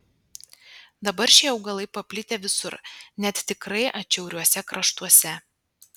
dabar šie augalai paplitę visur net tikrai atšiauriuose kraštuose